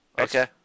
Okay